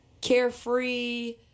carefree